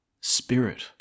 spirit